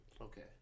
Okay